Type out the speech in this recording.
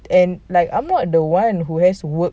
and like I'm not the one who has to work